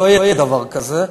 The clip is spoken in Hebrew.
לא יהיה דבר כזה.